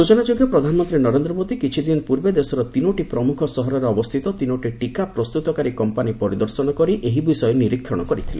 ସୂଚନାଯୋଗ୍ୟ ପ୍ରଧାନମନ୍ତ୍ରୀ ନରେନ୍ଦ୍ର ମୋଦୀ କିଛି ଦିନ ପୂର୍ବେ ଦେଶର ତିନୋଟି ପ୍ରମୁଖ ସହରରେ ଅବସ୍ଥିତ ତିନୋଟି ଟୀକା ପ୍ରସ୍ତୁତକାରୀ କମ୍ପାନୀ ପରିଦର୍ଶନ କରି ଏହି ବିଷୟ ନିରିକ୍ଷଣ କରିଥିଲେ